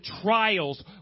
trials